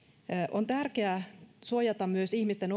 on tärkeää suojata myös ihmisten